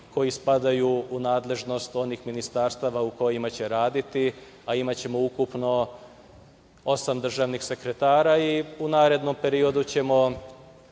koji spadaju u nadležnost onih ministarstava u kojima će raditi, a imaćemo ukupno osam državnih sekretara i u narednom periodu ćemo